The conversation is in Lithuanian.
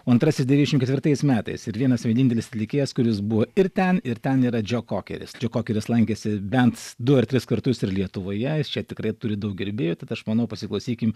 o antrasis devyniasdešimt ketvirtais metais ir vienas vienintelis atlikėjas kuris buvo ir ten ir ten yra džo kokeris džo kokeris lankėsi bent du ar tris kartus ir lietuvoje jis čia tikrai turi daug gerbėjų tad aš manau pasiklausykim